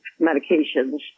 medications